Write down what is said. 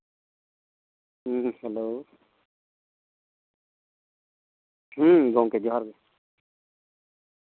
ᱦᱩᱸ ᱦᱮᱞᱳ ᱦᱩᱸ ᱜᱚᱝᱠᱮ ᱡᱚᱦᱟᱨ ᱜᱮ